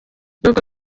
n’ubwo